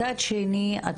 מצד שני את